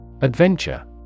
Adventure